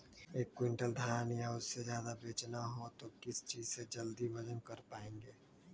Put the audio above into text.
एक क्विंटल धान या उससे ज्यादा बेचना हो तो किस चीज से जल्दी वजन कर पायेंगे?